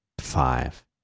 five